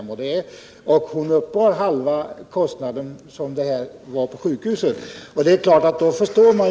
Medel för en vidgad verksamhet på detta område saknas dock i regeringens budgetförslag.